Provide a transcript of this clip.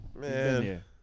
Man